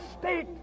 state